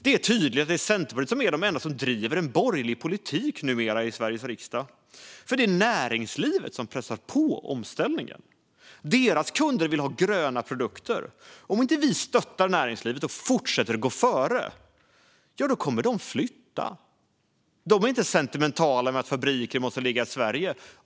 Det är tydligt att Centerpartiet är det enda parti som driver en borgerlig politik i Sveriges riksdag. Det är ju näringslivet som pressar på omställningen, för kunderna vill ha gröna produkter. Om politiken inte stöttar näringslivet och fortsätter att driva på kommer företagen att flytta. De är inte sentimentala med att fabrikerna måste ligga i Sverige.